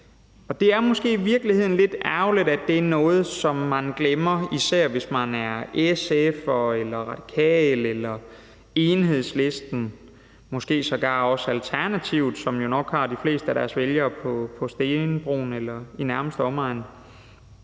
Det er måske i virkeligheden lidt ærgerligt, at det er noget, som man glemmer, især hvis man er fra SF, Radikale eller Enhedslisten; det gælder måske sågar også Alternativet, som jo nok har de fleste af deres vælgere på stenbroen eller i den nærmeste omegn.